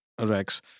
Rex